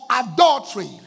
adultery